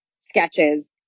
sketches